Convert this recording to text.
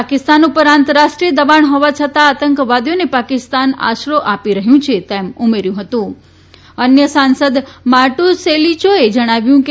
પાકિસ્તાન ઉપર આંતરરાષ્ટ્રીય દબાણ હોવા છતાં આતંકવાદીઓને પાકિસ્તાન આશરો આપી રહ્યું છે તેમ ઉમેર્યું હતુંઅન્ય સાંસદ માર્ટુસેલીયોએ જણાવ્યું કે